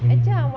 mm